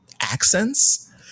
accents